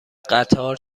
قطار